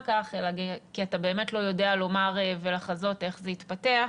כך אלא כי אתה באמת לא יודע לומר ולחזות איך זה יתפתח.